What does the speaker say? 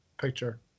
picture